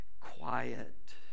quiet